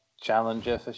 challenger